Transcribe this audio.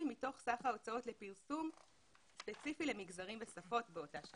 מתוך סך ההוצאות לפרסום ספציפי למגזרים בשפות באותה שנה.